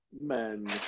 men